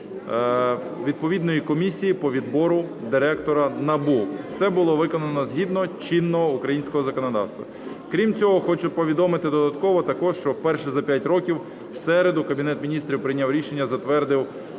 відповідної комісії по відбору Директора НАБУ. Все було виконано згідно чинного українського законодавства. Крім цього, хочу повідомити додатково також, що вперше за п'ять років у середу Кабінет Міністрів прийняв рішення – затвердив